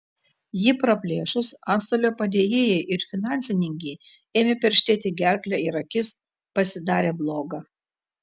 jį praplėšus antstolio padėjėjai ir finansininkei ėmė perštėti gerklę ir akis pasidarė bloga